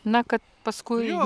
na kad paskui